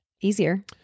Easier